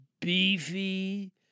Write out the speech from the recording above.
beefy